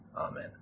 Amen